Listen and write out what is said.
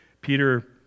Peter